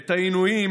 ואת העינויים,